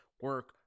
Work